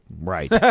Right